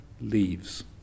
leaves